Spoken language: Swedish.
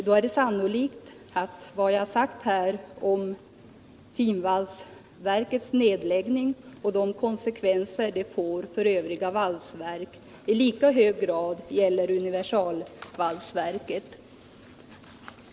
Då är det sannolikt att vad jag här har sagt om finvalsverkets nedläggning och de konsekvenser detta får för övriga valsverk i lika hög grad gäller universalvalsverket.